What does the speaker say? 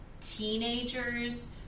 teenagers